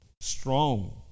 strong